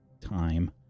time